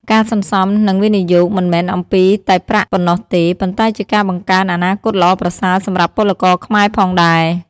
ការសន្សំ និងវិនិយោគមិនមែនអំពីតែប្រាក់ប៉ុណ្ណោះទេ ប៉ុន្តែជាការបង្កើតអនាគតល្អប្រសើរសម្រាប់ពលករខ្មែរផងដែរ។